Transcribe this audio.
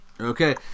Okay